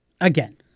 Again